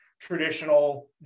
traditional